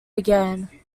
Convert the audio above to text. began